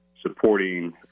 supporting